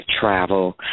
travel